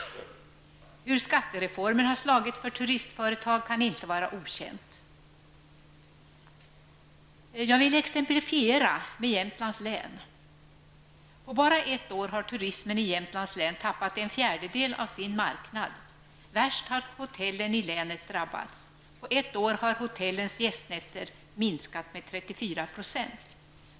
Hur skattereformen har slagit för turistföretag kan inte vara okänt. Jag vill exemplifiera med Jämtlands län. På bara ett år har turismen i Jämtlands län tappat en fjärdedel av sin marknad. Värst har hotellen i länet drabbats. På ett år har hotellens gästnätter minskat med 34 %.